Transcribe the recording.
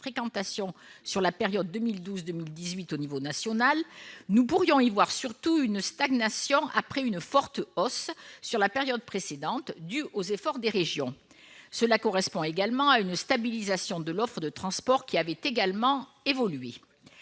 sur la période 2012-2018 à l'échelon national : nous pourrions y voir surtout une stagnation après une forte hausse sur la période précédente, due aux efforts des régions ; cela correspond également à une stabilisation de l'offre de transport, qui avait également évolué.